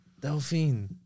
Delphine